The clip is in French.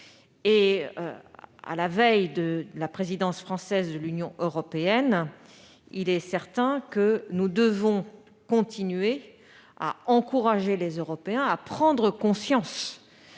À la veille de la présidence française de l'Union européenne, il est certain que nous devons continuer à encourager les Européens à prendre conscience